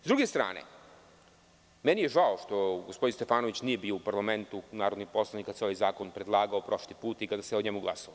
S druge strane, meni je žao što gospodin Stefanović nije bio u parlamentu narodni poslanik kada se ovaj zakon predlagao prošli put i kada se o njemu glasalo.